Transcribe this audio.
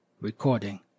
recording